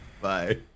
Bye